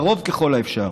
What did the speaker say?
קרוב ככל האפשר.